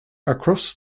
across